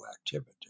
activity